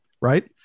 right